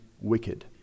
wicked